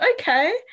okay